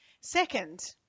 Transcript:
Second